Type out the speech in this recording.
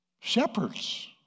shepherds